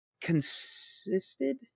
consisted